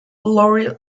laurie